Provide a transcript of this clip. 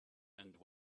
and